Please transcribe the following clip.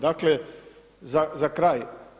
Dakle, za kraj.